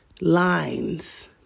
lines